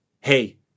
hey